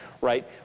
Right